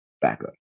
backup